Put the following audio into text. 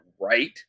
right